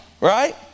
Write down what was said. right